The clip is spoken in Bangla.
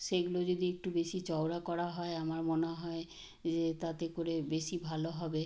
সেইগুলো যদি একটু বেশি চওড়া করা হয় আমার মনে হয় যে তাতে করে বেশি ভালো হবে